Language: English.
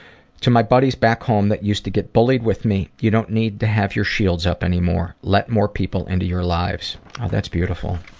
to my buddies back home that used to get bullied with me, you don't need to have your shields up anymore. let more people and in your lives oh that's beautiful.